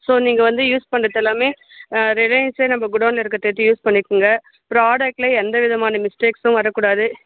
so நீங்கள் வந்து use பண்ணுறதெல்லாமே ரிலையன்ஸே நம்ம குடோன்ல இருக்கிறத எடுத்து யூஸ் பண்ணிக்கொங்க ப்ராடக்ட்ல எந்த விதமான மிஸ்டேக்ஸும் வரக்கூடாது